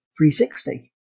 360